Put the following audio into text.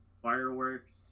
fireworks